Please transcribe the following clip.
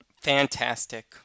Fantastic